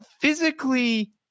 physically